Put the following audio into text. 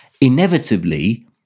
inevitably